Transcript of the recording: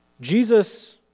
Jesus